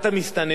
יש לזה פתרונות,